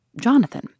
Jonathan